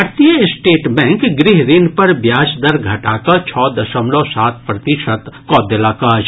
भारतीय State Bank गृह ऋण पर ब्याज दर घटा कऽ छओ दशमलव सात प्रतिशत कऽ देलक अछि